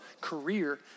career